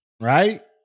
Right